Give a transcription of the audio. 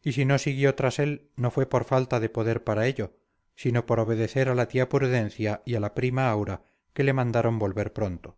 y si no siguió tras él no fue por falta de poder para ello sino por obedecer a la tía prudencia y a la prima aura que le mandaron volver pronto